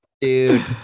Dude